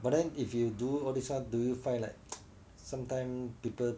but then if you do all these stuff do you find like sometime people